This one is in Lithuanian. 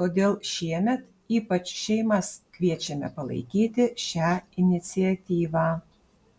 todėl šiemet ypač šeimas kviečiame palaikyti šią iniciatyvą